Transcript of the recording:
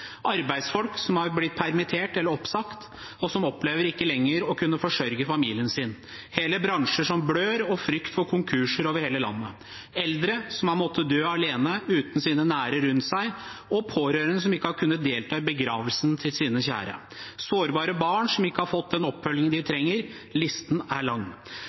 arbeidsfolk som har blitt permittert eller oppsagt, og som opplever å ikke lenger kunne forsørge familien sin, hele bransjer som blør, og frykt for konkurser over hele landet, eldre som har måttet dø alene uten sine nære rundt seg, og pårørende som ikke har kunnet delta i begravelsen til sine kjære, sårbare barn som ikke har fått den oppfølgingen de trenger – listen er lang.